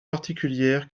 particulière